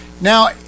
Now